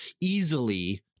easily